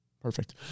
Perfect